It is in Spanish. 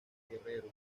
guerrero